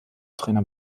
trainer